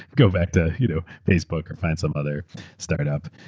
go back to you know facebook, or find some other startup.